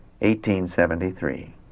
1873